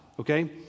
Okay